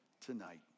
tonight